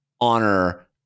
honor